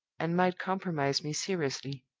and might compromise me seriously.